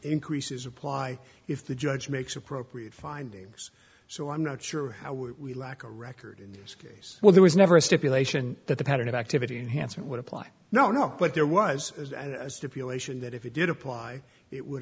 increases apply if the judge makes appropriate findings so i'm not sure how we lack a record in this case well there was never a stipulation that the pattern of activity in hanssen would apply no no but there was a stipulation that if you did apply it would